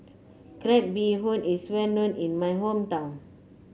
Crab Bee Hoon is well known in my hometown